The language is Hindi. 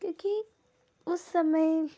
क्योंकि उस समय